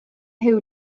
huw